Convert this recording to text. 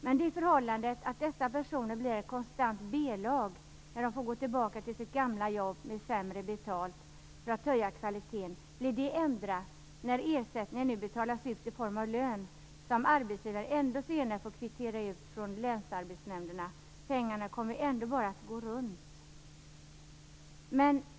Blir det förhållandet att dessa personer blir ett konstant B-lag - när de får gå tillbaka till sitt gamla jobb med sämre betalt för att höja kvaliteten - ändrat när ersättningen nu betalas ut i form av en lön som arbetsgivaren senare får kvittera ut från länsarbetsnämnderna? Pengarna kommer ju ändå bara att går runt.